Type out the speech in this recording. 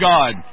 God